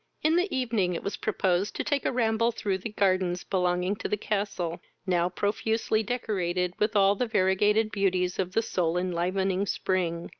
in the evening it was proposed to take a ramble through the gardens belonging to the castle, now profusely decorated with all the variegated beauties of the soul-enlivening spring,